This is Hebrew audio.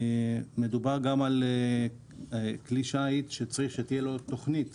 מדובר גם על כלי שיט שצריך שתהיה לו תוכנית